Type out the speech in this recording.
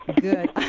Good